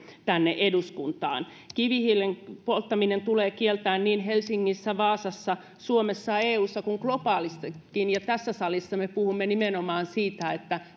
tänne eduskuntaan kivihiilen polttaminen tulee kieltää niin helsingissä vaasassa suomessa eussa kuin globaalistikin ja tässä salissa me puhumme nimenomaan siitä